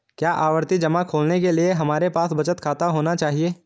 क्या आवर्ती जमा खोलने के लिए हमारे पास बचत खाता होना चाहिए?